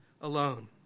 alone